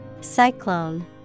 Cyclone